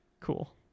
cool